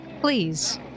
Please